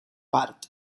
part